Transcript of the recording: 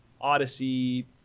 Odyssey